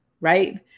right